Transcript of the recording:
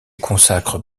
consacre